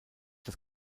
dass